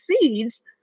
seeds